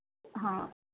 ହଁ